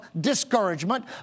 discouragement